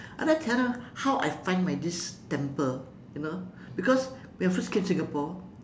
I like to tell them how I find my this temple you know because when I first came singapore